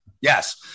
Yes